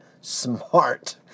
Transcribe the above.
smart